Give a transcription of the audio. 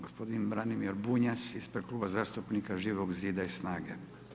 Gospodin Branimir Bunjac ispred Kluba zastupnika Živog zida i SNAGA-e.